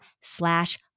slash